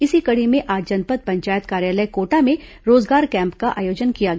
इसी कड़ी में आज जनपद पंचायत कार्यालय कोटा में रोजगार कैम्प का आयोजन किया गया